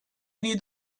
need